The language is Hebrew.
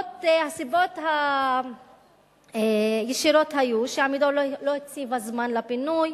הסיבות הישירות היו ש"עמידר" לא הציבה זמן לפינוי,